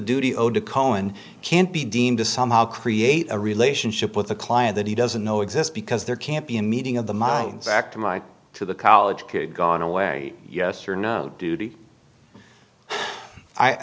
duty owed to cohen can't be deemed to somehow create a relationship with the client that he doesn't know exist because there can't be a meeting of the minds actor my to the college kid gone away yes or no duty i